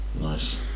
Nice